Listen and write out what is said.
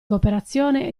cooperazione